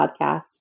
podcast